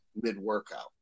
mid-workout